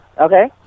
Okay